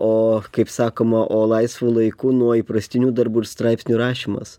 o kaip sakoma o laisvu laiku nuo įprastinių darbų ir straipsnių rašymas